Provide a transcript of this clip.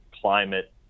climate